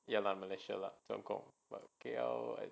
ya lah malaysia lah 总共 but K_L